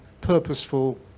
purposeful